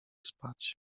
spać